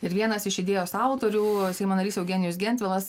ir vienas iš idėjos autorių seimo narys eugenijus gentvilas